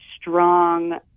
strong